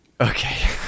Okay